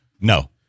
No